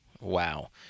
Wow